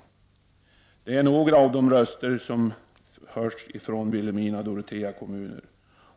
Ja, det här är exempel på vad man kan få höra från personer i Vilhelmina och Dorotea kommuner.